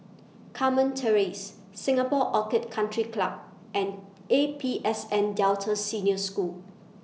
Carmen Terrace Singapore Orchid Country Club and A P S N Delta Senior School